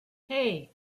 hey